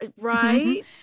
Right